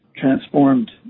transformed